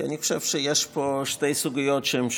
כי אני חושב שיש פה שתי סוגיות שהן שונות.